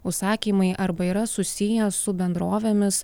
užsakymai arba yra susiję su bendrovėmis